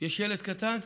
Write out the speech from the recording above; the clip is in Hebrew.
יש ילד קטן,